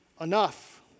enough